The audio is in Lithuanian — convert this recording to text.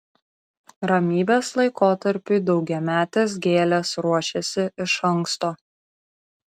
ramybės laikotarpiui daugiametės gėlės ruošiasi iš anksto